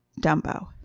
dumbo